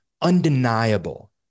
undeniable